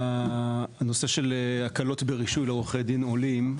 הנושא של הקלות ברישוי לעורכי דין עולים,